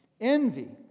envy